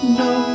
no